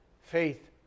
faith